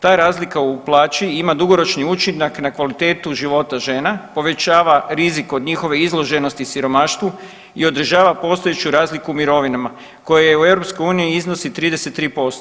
Ta razlika u plaći ima dugoročni učinak na kvalitetu života žena,, povećava rizik od njihove izloženosti i siromaštvu i odražava postojeću razliku u mirovinama koja u EU iznosi 33%